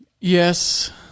Yes